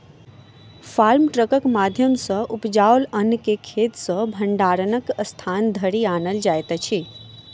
farm ट्रकक माध्यम सॅ उपजाओल अन्न के खेत सॅ भंडारणक स्थान धरि आनल जाइत अछि